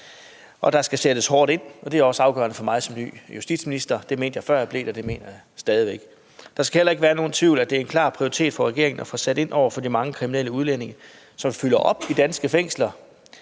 og der skal sættes hårdt ind. Det er også afgørende for mig som ny justitsminister. Det mente jeg, før jeg blev det, og det mener jeg stadig væk. Der skal heller ikke være nogen tvivl om, at det er en klar prioritet for regeringen at få sat ind over for de mange kriminelle udlændinge, som fylder op i danske fængsler.